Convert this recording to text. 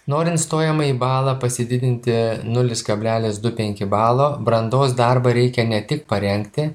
norint stojamąjį balą pasididinti nulis kablelis du penki balo brandos darbą reikia ne tik parengti